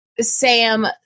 Sam